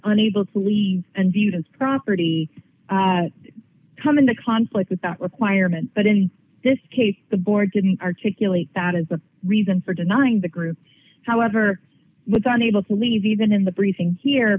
unable to lead and viewed as property that come into conflict with that requirement but in this case the board didn't articulate that is the reason for denying the group however was done able to leave even in the briefing here a